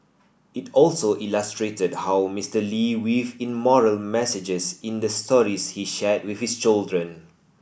it also illustrated how Mister Lee weaved in moral messages in the stories he shared with his children